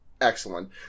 excellent